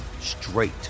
straight